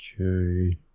Okay